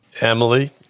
Emily